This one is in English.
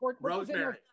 rosemary